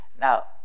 Now